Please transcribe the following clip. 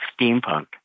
steampunk